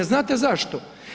Znate zašto?